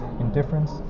indifference